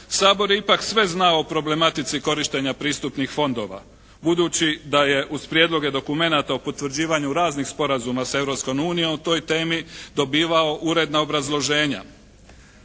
Sabor je ipak sve znao o problematici korištenja pristupnih fondova budući da je uz prijedloge dokumenata o potvrđivanju raznih sporazuma sa Europskom unijom o toj temi dobivao uredna obrazloženja.